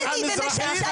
ירדני בירושלים,